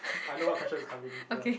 I don't want Kasesh is coming ya